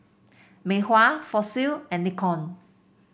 Mei Hua Fossil and Nikon